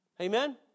Amen